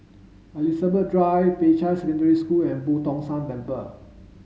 Elizabeth Drive Peicai Secondary School and Boo Tong San Temple